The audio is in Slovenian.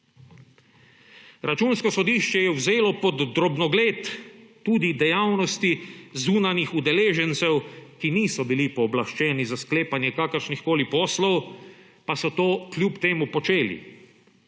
Računsko sodišče je vzelo pod drobnogled tudi dejavnosti zunanjih udeležencev, ki niso bili pooblaščeni za sklepanje kakršnihkoli poslov, pa so to kljub temu počeli.